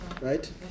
right